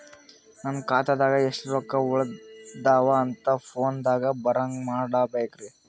ನನ್ನ ಖಾತಾದಾಗ ಎಷ್ಟ ರೊಕ್ಕ ಉಳದಾವ ಅಂತ ಫೋನ ದಾಗ ಬರಂಗ ಮಾಡ ಬೇಕ್ರಾ?